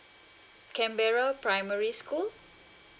canberra primary school